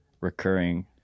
recurring